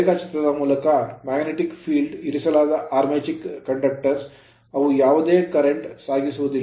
ರೇಖಾಚಿತ್ರದ ಮೂಲಕ ಇವು magnetic field ಕಾಂತಕ್ಷೇತ್ರದಲ್ಲಿ ಇರಿಸಲಾದ armature conductors ಆರ್ಮೆಚರ್ ವಾಹಕಗಳಾಗಿವೆ ಅವು ಯಾವುದೇ current ಕರೆಂಟ್ ಸಾಗಿಸುವುದಿಲ್ಲ